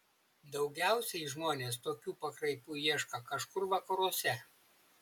daugiausiai žmonės tokių pakraipų ieško kažkur vakaruose